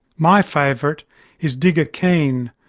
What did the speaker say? my favourite is digger keen,